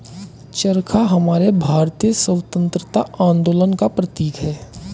चरखा हमारे भारतीय स्वतंत्रता आंदोलन का प्रतीक है